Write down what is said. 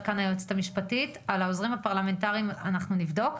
על העוזרים הפרלמנטריים אנחנו נבדוק.